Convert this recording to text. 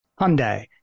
Hyundai